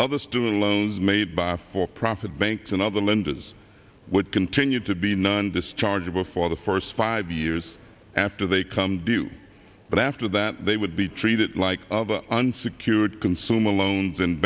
other student loans made by for profit banks and other lenders would continue to be known discharge of or for the first five years after they come due but after that they would be treated like other unsecured consumer loans